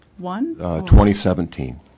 2017